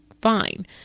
fine